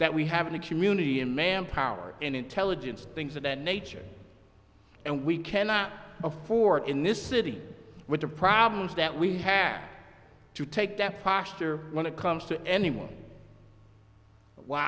that we have in the community in manpower and intelligence things of that nature and we cannot afford in this city with the problems that we have to take death plaster when it comes to any one w